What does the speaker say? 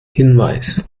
hinweisen